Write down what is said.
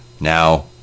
Now